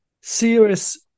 serious